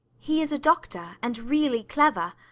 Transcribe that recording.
he is a doctor and really clever.